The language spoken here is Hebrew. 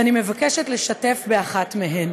ואני מבקשת לשתף באחת מהן: